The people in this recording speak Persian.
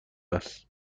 است